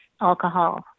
alcohol